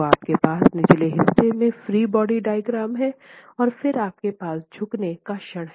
तो आपके पास निचले हिस्से में फ्री बॉडी डायग्राम है और फिर आपके पास झुकने का क्षण